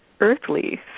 earthly